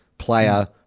Player